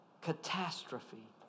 catastrophe